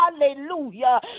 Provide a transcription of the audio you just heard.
hallelujah